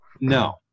no